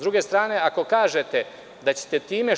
S druge strane, ako kažete da ćete time…